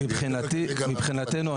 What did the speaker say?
מבחינתנו,